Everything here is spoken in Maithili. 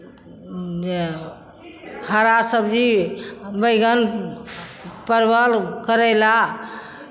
जे हरा सबजी आ बैगन परवल करैला